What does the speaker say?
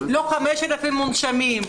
לא 5,000 מונשמים.